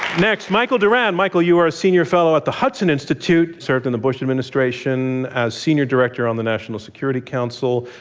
next, michael doran. michael, you are a senior fellow at the hudson institute. you served in the bush administration as senior director on the national security council,